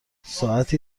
ساعتی